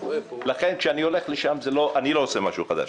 לכן כשאני הולך לשם אני לא עושה משהו חדש.